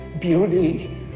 beauty